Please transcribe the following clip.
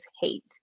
hate